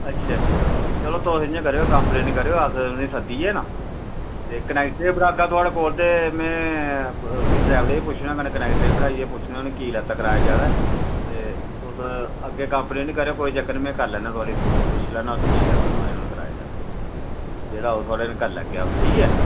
अच्छा अच्छा तुस इ'यां करेओ कम्पलेन निं करेओ अस उ'नें गी सद्दियै न कनैक्टरै गी बी बठागा तुं'दे कोल ते उसी ड्रैवरे गी पुच्छना कन्नै कनैक्टरै गी बठाइयै पुच्छना भी उ'नें की लैता कराया जैदा ते तुस अग्गें कम्पलेन निं करेओ कोई चक्कर निं में करी लैन्ना थोह्डी पुच्छी लैन्ना कि उस की लैता कराया जैदा जेह्डा करी लैगे थुआढे कन्नै अस